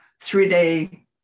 three-day